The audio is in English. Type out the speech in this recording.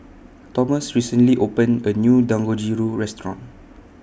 Thomas recently opened A New Dangojiru Restaurant